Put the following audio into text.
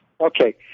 Okay